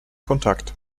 kontakt